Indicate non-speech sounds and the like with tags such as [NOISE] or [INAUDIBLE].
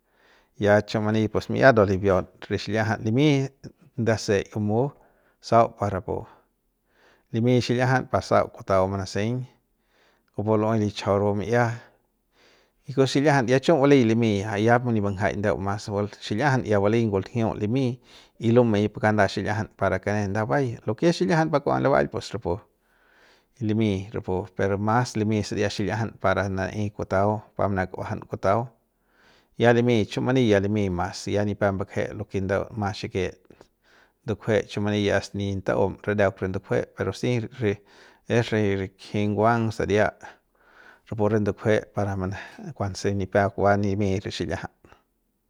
Ya chu mani pues mi'i ndua libiaun [NOISE] re xil'iajan limy nda ndaseik bumu sau par rapu limy xil'iajan pa sau kutau manaseiñ kupu lu'uey lichajau rapu mi'a ku xil'iajan ya chiu ya bali limy ya ya pun ngjaik nip mbanjaik ndeu mas bul xil'iajan ya baly ngunjiu limy y lumy pun kanda xil'iajan para kanen nda bay lo ke es xil'iajan pa kua mala'bal pues rapu limy rapu pero mas limy saria xil'iajan para naei kutau pa manak'uajan kutau ya limy chiu many ya limy mas ya nipep mba'je lo ke ndeu mas xikit nduk'jue chiu many ya asta nip ta'un randeuk pu ndukjue pero si re es re rik'ji nguang saria rapu re ndukjue para mane [NOISE] kuanse ni peuk van limy re xil'iajat.